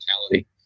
mortality